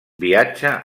viatja